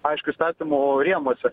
aišku įstatymo rėmuose